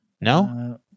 No